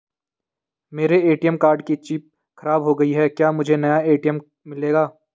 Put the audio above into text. मेरे ATM card की chip खराब हो गयी है क्या मुझे नया ए.टी.एम मिलेगा?